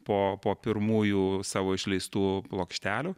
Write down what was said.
po po pirmųjų savo išleistų plokštelių